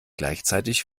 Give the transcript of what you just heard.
gleichzeitig